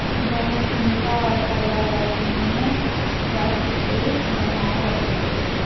वन अखंडता और पर्यावरणीय स्वास्थ्य के बनाए रखैय हइ